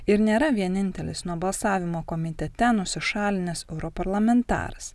ir nėra vienintelis nuo balsavimo komitete nusišalinęs europarlamentaras